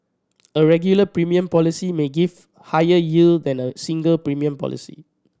a regular premium policy may give higher yield than a single premium policy